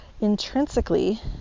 intrinsically